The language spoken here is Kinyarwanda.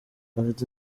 afite